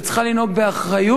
שצריכה לנהוג באחריות,